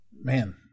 man